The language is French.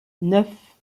neuf